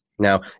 Now